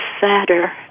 sadder